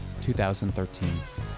2013